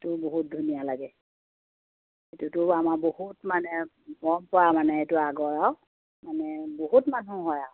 বহুত ধুনীয়া লাগে এইটো আমাৰ বহুত মানে পৰম্পৰা মানে এইটো আগৰ আৰু মানে বহুত মানুহ হয় আৰু